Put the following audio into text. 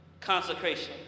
consecration